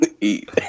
eat